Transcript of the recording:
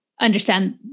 understand